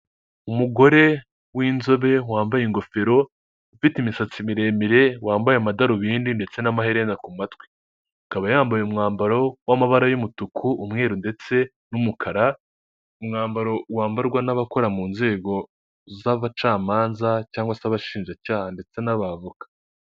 Umugore w'inzobe, wambaye ingofero, ufite imisatsi miremire, wambaye amadarubindi ndetse n'amaherena ku matwi. Akaba yambaye umwambaro wamabara y'umutuku, umweru, ndetse n'umukara, umwambaro wambarwa n'abakora mu nzego z'abacamanza cyangwag se abashinjacyaha, ndetse n'abavoka.